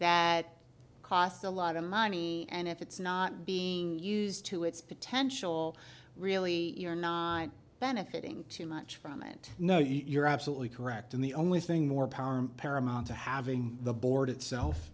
that costs a lot of money and if it's not being used to its potential really benefiting too much from it no you're absolutely correct and the only thing more power paramount to having the board itself